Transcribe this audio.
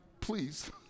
please